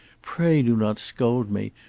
pray do not scold me.